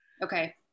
Okay